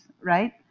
right